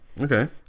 Okay